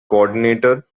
coordinator